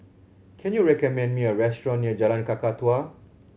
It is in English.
can you recommend me a restaurant near Jalan Kakatua